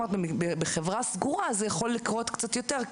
בחברה סגורה זה יכול לקרות קצת יותר.